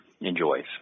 enjoys